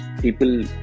people